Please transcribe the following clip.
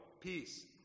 peace